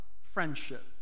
friendship